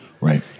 Right